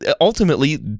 ultimately